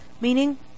meaning